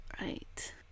right